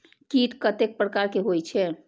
कीट कतेक प्रकार के होई छै?